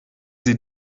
sie